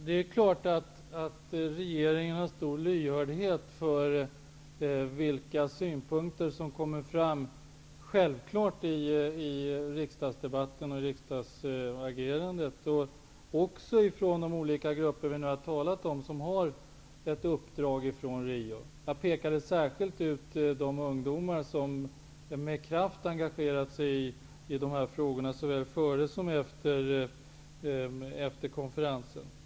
Herr talman! Det är klart att regeringen har stor lyhördhet för vilka synpunkter som kommer fram i riksdagsdebatten och i riksdagsagerandet, liksom från de olika grupper som vi nu har talat om och som har ett uppdrag från Rio. Jag pekade särskilt ut de ungdomar som med kraft engagerade sig i de här frågorna, såväl före som efter konferensen.